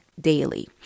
daily